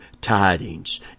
tidings